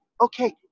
Okay